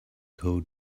called